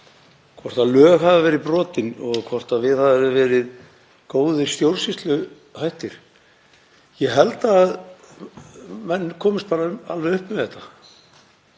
hvort lög hafi verið brotin og hvort viðhafðir hafi verið góðir stjórnsýsluhættir. Ég held að menn komist bara alveg upp með þetta,